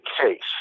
case